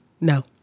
No